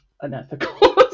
unethical